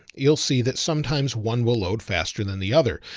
you'll see that sometimes one will load faster than the other.